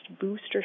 booster